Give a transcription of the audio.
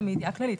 אלא מידיעה כללית.